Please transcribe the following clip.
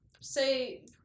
say